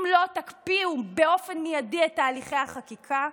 אם לא תקפיאו באופן מיידי את תהליכי החקיקה,